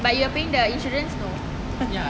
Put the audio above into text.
but you are paying the insurance no